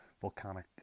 volcanic